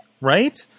right